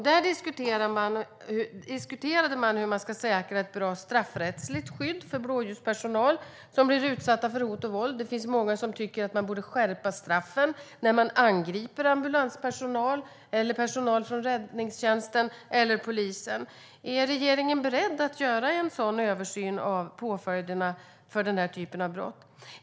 Där diskuterade man hur man ska säkra ett bra straffrättsligt skydd för blåljuspersonal som blir utsatt för hot och våld. Det finns många som tycker att straffen för dem som angriper ambulanspersonal, personal från räddningstjänsten eller polisen borde skärpas. Är regeringen beredd att göra en översyn av påföljderna för den här typen av brott?